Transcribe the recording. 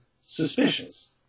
suspicious